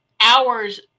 hours